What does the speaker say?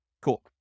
Cool